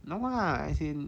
no lah as in